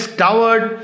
towered